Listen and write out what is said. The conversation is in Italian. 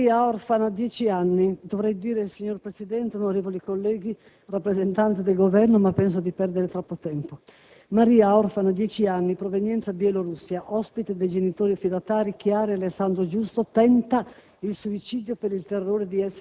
Maria, orfana, dieci anni (dovrei dire: signor Presidente, onorevoli colleghi, rappresentanti del Governo, ma penso di perdere troppo tempo), provenienza Bielorussia, ospite dei genitori affidatari Chiara e Alessandro Giusto, tenta